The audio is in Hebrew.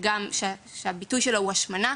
שהביטוי שלו הוא השמנה,